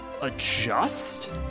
adjust